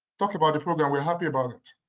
talk about the program. we're happy about it.